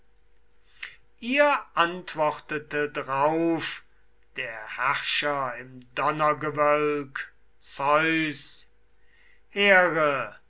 ihr antwortete drauf der herrscher im donnergewölk zeus here